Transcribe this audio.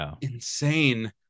insane